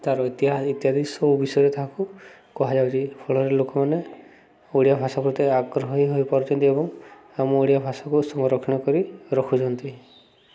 ତା'ର ଇତିହାସ ଇତ୍ୟାଦି ସବୁ ବିଷୟରେ ତାହାକୁ କୁହାଯାଉଛି ଫଳରେ ଲୋକମାନେ ଓଡ଼ିଆ ଭାଷା ପ୍ରତି ଆଗ୍ରହ ହୋଇପାରୁଛନ୍ତି ଏବଂ ଆମ ଓଡ଼ିଆ ଭାଷାକୁ ସଂରକ୍ଷଣ କରି ରଖୁଛନ୍ତି